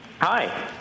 Hi